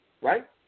right